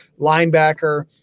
linebacker